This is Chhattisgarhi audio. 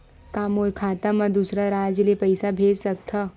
का मोर खाता म दूसरा राज्य ले पईसा भेज सकथव?